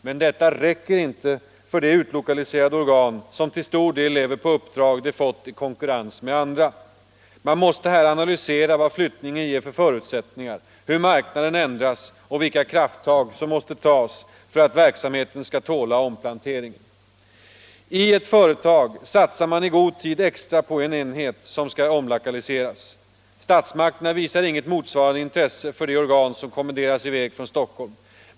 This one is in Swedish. Men detta räcker inte för de utlokaliserade organ som till stor del lever på uppdrag de fått i konkurrens med andra. Man måste här analysera vad flyttningen ger för förutsättningar, hur marknaden ändras och vilka krafttag som måste tas för att verksamheten skall tåla omplanteringen. I ett företag satsar man i god tid extra på en enhet som omlokaliseras. Statsmakterna visar inget motsvarande intresse för de organ som kommenderas iväg från Stockholm.